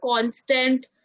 constant